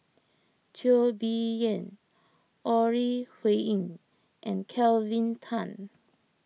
Teo Bee Yen Ore Huiying and Kelvin Tan